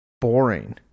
boring